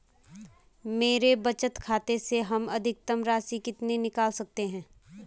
मेरे बचत खाते से हम अधिकतम राशि कितनी निकाल सकते हैं?